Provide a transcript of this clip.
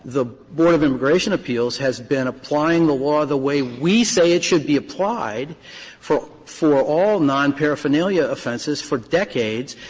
the board of immigration appeals has been applying the law the way we say it should be applied for for all nonparaphernalia offenses for decades,